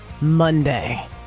Monday